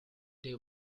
they